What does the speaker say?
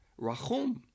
rachum